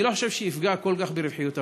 אני לא חושב שיפגע כל כך ברווחיות הבנקים.